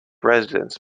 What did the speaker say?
residence